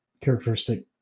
characteristic